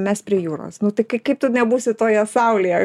mes prie jūros nu tai kai kaip tu nebūsi toje saulėje